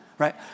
right